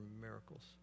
miracles